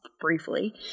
briefly